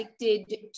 addicted